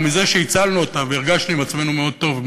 וכשם שהצלנו אותם והרגשנו עם עצמנו מאוד טוב,